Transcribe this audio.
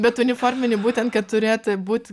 bet uniforminį būtent kad turėti būti